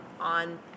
on